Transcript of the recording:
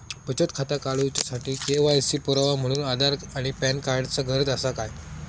बचत खाता काडुच्या साठी के.वाय.सी पुरावो म्हणून आधार आणि पॅन कार्ड चा गरज आसा काय?